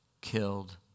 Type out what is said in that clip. killed